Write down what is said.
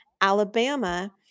Alabama